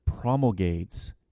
promulgates